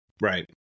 Right